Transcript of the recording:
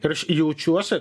ir aš jaučiuosi